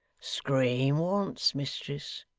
scream once, mistress.